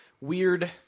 Weird